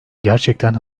gerçekten